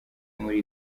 muri